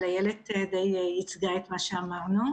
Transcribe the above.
אילת ששון די ייצגה את מה שרציתי לומר.